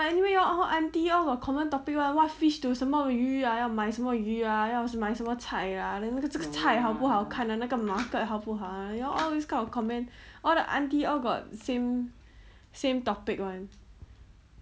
anyway you all all auntie all got common topic [one] what fish to 什么鱼 ah 要买什么鱼 ah 要买什么菜 ah then 那个这个菜 ah 好不好看 ah 那个 market 好不好 ah you all all this kind of comment all the auntie all got same same topic [one]